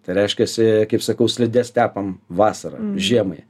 tai reiškiasi kaip sakau slides tepam vasarą žiemai